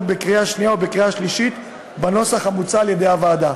בקריאה שנייה ובקריאה השלישית בנוסח המוצע על-ידי הוועדה.